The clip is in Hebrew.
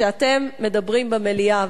כשאתם מדברים במליאה,